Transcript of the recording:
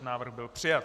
Návrh byl přijat.